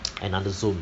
another Zoom